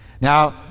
Now